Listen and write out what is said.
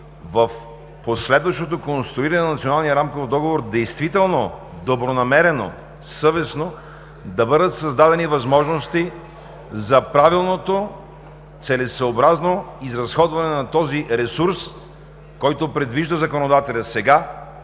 в последващото конструиране на Националния рамков договор действително добронамерено, съвестно да бъдат създадени възможности за правилното целесъобразно изразходване на този ресурс, който предвижда законодателят сега